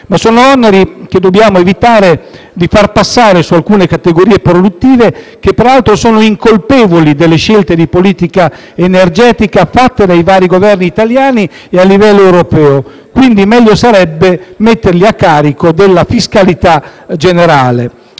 Ma sono oneri che dobbiamo evitare di far pagare ad alcune categorie produttive, che peraltro sono incolpevoli delle scelte di politica energetica fatte dai vari Governi italiani e a livello europeo. Quindi meglio sarebbe metterli a carico della fiscalità generale.